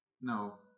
no